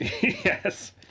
yes